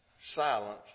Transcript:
Silence